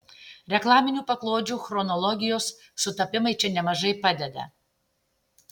reklaminių paklodžių chronologijos sutapimai čia nemažai padeda